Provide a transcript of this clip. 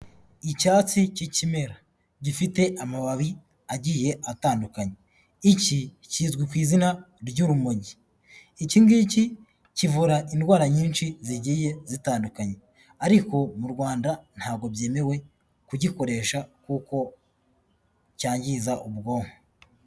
Icyatsi cy'ikimera gifite amababi agiye atandukanye, iki kizwi ku izina ry'urumogi, iki ngiki kivura indwara nyinshi zigiye zitandukanye ariko mu Rwanda ntabwo byemewe kugikoresha kuko cyangiza ubwonko.